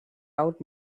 out